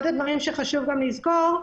אחד הדברים שחשוב גם לזכור,